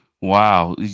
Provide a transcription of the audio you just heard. Wow